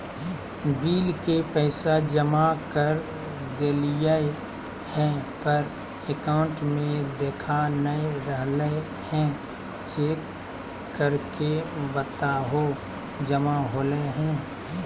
Bill के पैसा जमा कर देलियाय है पर अकाउंट में देखा नय रहले है, चेक करके बताहो जमा होले है?